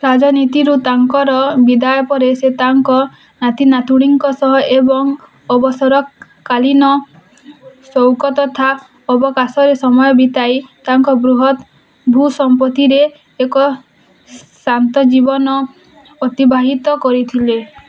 ରାଜନୀତିରୁ ତାଙ୍କର ବିଦାୟ ପରେ ସେ ତାଙ୍କ ନାତିନାତୁଣୀଙ୍କ ସହ ଏବଂ ଅବସରକାଳୀନ ସଉକ ତଥା ଅବକାଶରେ ସମୟ ବିତାଇ ତାଙ୍କ ବୃହତ୍ ଭୂସମ୍ପତ୍ତିରେ ଏକ ଶାନ୍ତ ଜୀବନ ଅତିବାହିତ କରିଥିଲେ